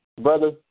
brother